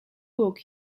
book